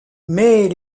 mais